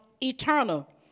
eternal